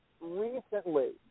recently